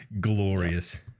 glorious